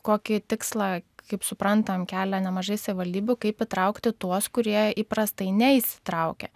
kokį tikslą kaip suprantam kelią nemažai savivaldybių kaip įtraukti tuos kurie įprastai neįsitraukia